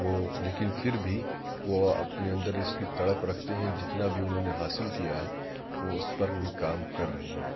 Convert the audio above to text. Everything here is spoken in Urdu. وہ لیکن پھر بھی وہ اپنے اندر اس کی تڑپ رکھتے ہیں جتنا بھی انہوں نے حاصل کیا ہے وہ اس پر بھی کام کر رہے ہیں